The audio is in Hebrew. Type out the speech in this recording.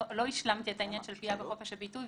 לא השלמתי את העניין של פגיעה בחופש הביטוי,